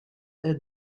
est